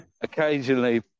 Occasionally